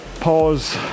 pause